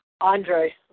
Andre